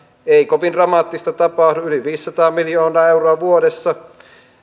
ei kovin dramaattista tapahdu yli viisisataa miljoonaa euroa vuodessa